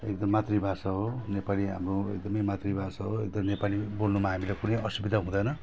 एकदम मातृभाषा हो नेपाली हाम्रो एकदमै मातृभाषा हो एकदम नेपाली बोल्नुमा हामीलाई कुनै असुविधा हुँदैन